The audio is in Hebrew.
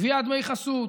לגביית דמי חסות,